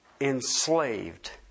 enslaved